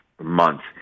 months